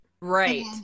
Right